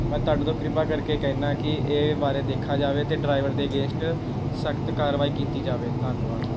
ਮੈਂ ਤੁਹਾਡੇ ਤੋਂ ਕਿਰਪਾ ਕਰਕੇ ਕਹਿੰਦਾ ਕਿ ਇਹ ਬਾਰੇ ਦੇਖਿਆ ਜਾਵੇ ਅਤੇ ਡਰਾਈਵਰ ਦੇ ਅਗੇਂਸਟ ਸਖਤ ਕਾਰਵਾਈ ਕੀਤੀ ਜਾਵੇ ਧੰਨਵਾਦ